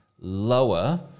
lower